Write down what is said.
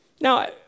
Now